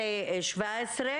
מטבע הדברים,